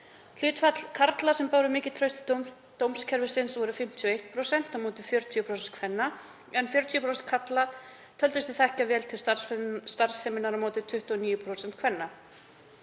Hlutfall karla sem báru mikið traust til dómskerfisins var 51% á móti 40% kvenna en 40% karla töldu sig þekkja vel til starfseminnar á móti 29% kvenna.